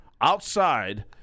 outside